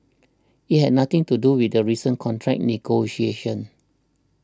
it had nothing to do with the recent contract negotiations